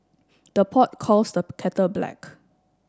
the pot calls the kettle black